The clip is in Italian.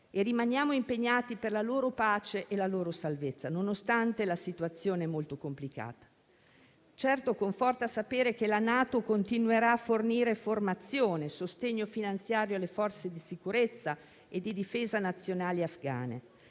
rimaniamo impegnati per la sua pace e la sua salvezza, nonostante la situazione molto complicata. Certo, conforta sapere che la NATO continuerà a fornire formazione e sostegno finanziario alle forze di sicurezza e di difesa nazionali afghane,